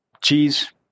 cheese